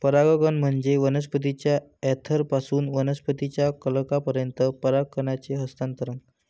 परागकण म्हणजे वनस्पतीच्या अँथरपासून वनस्पतीच्या कलंकापर्यंत परागकणांचे हस्तांतरण